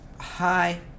Hi